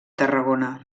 tarragona